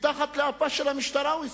מתחת לאפה של המשטרה הוא הסתובב.